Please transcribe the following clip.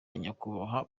nyakubahwa